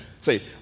Say